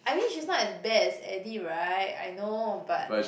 I mean she's not as bad as Eddie right I know but